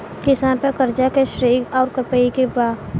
किसान पर क़र्ज़े के श्रेइ आउर पेई के बा?